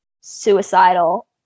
suicidal